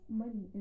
money